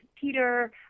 Peter